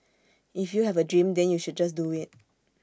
if you have A dream then you should just do IT